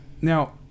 now